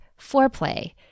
foreplay